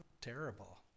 terrible